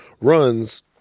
runs